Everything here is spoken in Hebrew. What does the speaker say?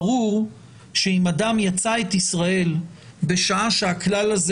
ברור שאם אדם יצא את ישראל בשעה שהכלל הזה